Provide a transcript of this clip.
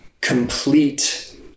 complete